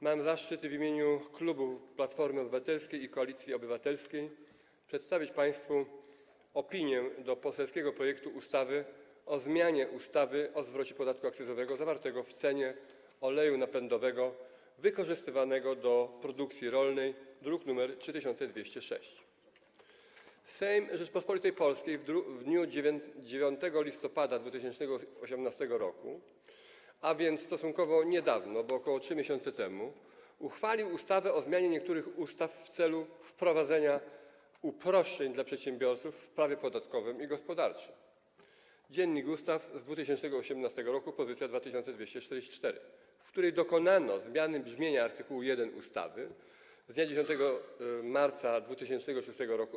Mam zaszczyt w imieniu klubu Platformy Obywatelskiej - Koalicji Obywatelskiej przedstawić państwu opinię w sprawie poselskiego projektu ustawy o zmianie ustawy o zwrocie podatku akcyzowego zawartego w cenie oleju napędowego wykorzystywanego do produkcji rolnej, druk nr 3206. Sejm Rzeczypospolitej Polskiej w dniu 9 listopada 2018 r. - a więc stosunkowo niedawno, bo ok. 3 miesięcy temu - uchwalił ustawę o zmianie niektórych ustaw w celu wprowadzenia uproszczeń dla przedsiębiorców w prawie podatkowym i gospodarczym, Dz. U. z 2018 r. poz. 2244, w której dokonano zmiany brzmienia art. 1 ustawy z dnia 10 marca 2006 r.